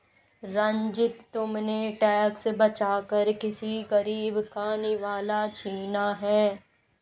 रंजित, तुमने टैक्स बचाकर किसी गरीब का निवाला छीना है